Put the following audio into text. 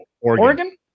Oregon